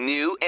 New